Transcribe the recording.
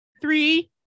three